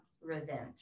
revenge